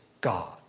God